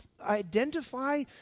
identify